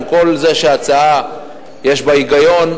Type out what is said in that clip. עם כל זה שההצעה יש בה היגיון,